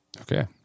Okay